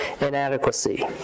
inadequacy